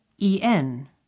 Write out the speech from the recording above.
en